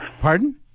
Pardon